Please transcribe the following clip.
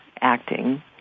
acting